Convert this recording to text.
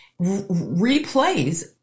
replays